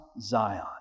Zion